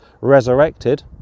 resurrected